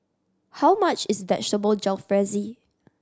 how much is Vegetable Jalfrezi